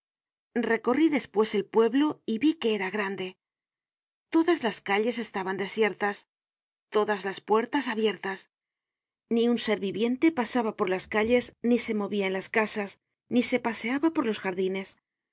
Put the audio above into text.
recorrí despues el pueblo y vi que era grande todas las calles estaban desiertas todas las puertas abiertas ni un ser viviente pasaiba por las calles ni se moviaen las casas ni se paseaba por los